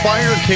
Fire